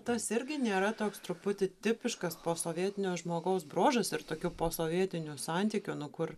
tas irgi nėra toks truputį tipiškas posovietinio žmogaus bruožas ir tokių posovietinių santykių nu kur